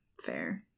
fair